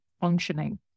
functioning